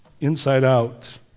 Inside-out